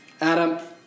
adam